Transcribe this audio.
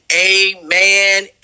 amen